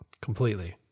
Completely